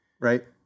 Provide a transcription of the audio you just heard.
Right